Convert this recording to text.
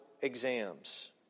exams